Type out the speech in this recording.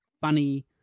funny